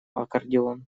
аккордеон